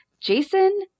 jason